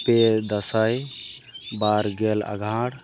ᱯᱮ ᱫᱟᱥᱟᱸᱭ ᱵᱟᱨᱜᱮᱞ ᱟᱜᱷᱟᱬ